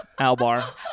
Albar